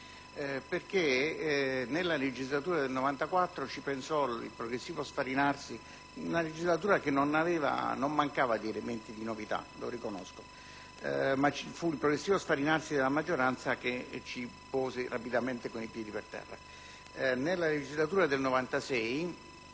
nuovo. Nella legislatura del 1994 ci pensò il progressivo sfarinarsi - in una legislatura che non mancava di elementi di novità, lo riconosco - della maggioranza che ci pose rapidamente con i piedi per terra. Nella legislatura del 1996